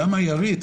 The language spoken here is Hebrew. למה היא ארית?